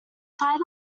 that